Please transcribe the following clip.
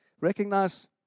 recognize